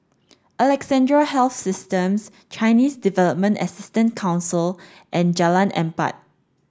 Alexandra Health Systems Chinese Development Assistance Council and Jalan Empat